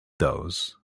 those